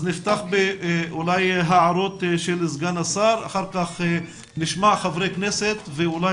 אז נפתח אולי בהערות של סגן השר ואחר כך נשמע את חברי הכנסת ואולי